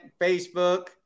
Facebook